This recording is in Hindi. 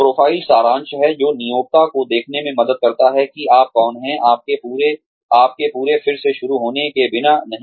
प्रोफ़ाइल सारांश है जो नियोक्ता को देखने में मदद करता है कि आप कौन हैं आपके पूरे फिर से शुरू होने के बिना नहीं